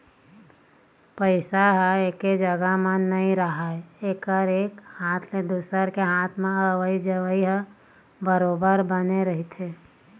पइसा ह एके जघा म नइ राहय एकर एक हाथ ले दुसर के हात म अवई जवई ह बरोबर बने रहिथे